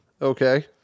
Okay